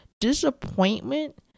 disappointment